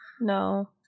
No